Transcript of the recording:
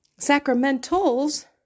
Sacramentals